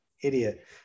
Idiot